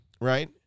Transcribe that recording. Right